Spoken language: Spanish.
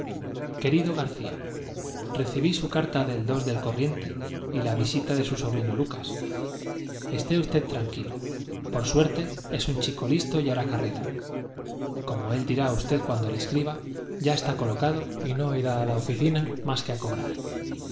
querido garcía recibí su carta del dos del corriente y la visita de su sobrino lucas esté usted tranquilo por su suerte es un chico listo y hará carrera como él dirá á usted cuando le escriba ya está colo cado y no irá á la oficina más que á cobrar